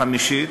חמישית,